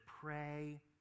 pray